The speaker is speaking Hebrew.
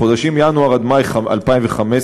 בחודשים ינואר מאי 2015,